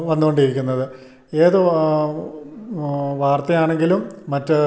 വന്നു കൊണ്ടിരിക്കുന്നത് ഏത് വാർത്തയാണെങ്കിലും മറ്റു